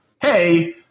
hey